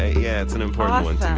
yeah, it's an important one